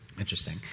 Interesting